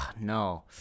No